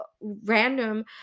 random